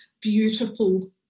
beautiful